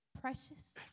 precious